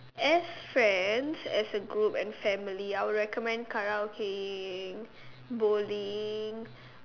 as friends as a group and family I will recommend Karaoke bowling